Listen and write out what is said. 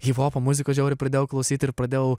hiphopo muzikos žiauriai pradėjau klausyt ir pradėjau